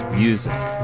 music